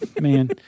Man